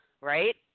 Right